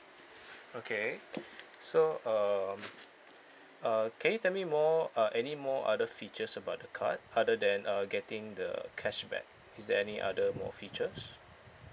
okay so um uh can you tell me more uh anymore other features about the card other than uh getting the cashback is there any other more features